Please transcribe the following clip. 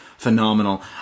Phenomenal